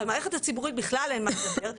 במערכת הציבורית בכלל אין מה לדבר.